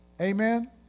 Amen